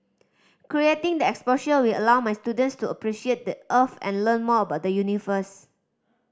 creating the exposure will allow my students to appreciate the Earth and learn more about the universe